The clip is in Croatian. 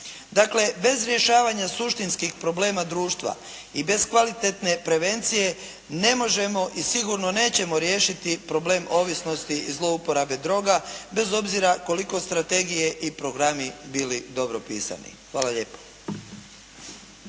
Dakle bez rješavanja suštinskih problema društva i bez kvalitetne prevencije ne možemo i sigurno nećemo riješiti problem ovisnosti i zlouporabe droga bez obzira koliko strategije i programi bili dobro pisani. Hvala lijepo.